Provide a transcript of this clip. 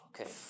Okay